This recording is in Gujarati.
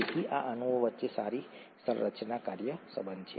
તેથી આ અણુઓ વચ્ચે સારી સંરચના કાર્ય સંબંધ છે